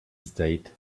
stayed